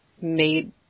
made